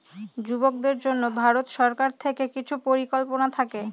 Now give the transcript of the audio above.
যুবকদের জন্য ভারত সরকার থেকে কিছু পরিকল্পনা থাকে